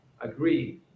agree